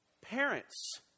Parents